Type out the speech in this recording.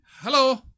hello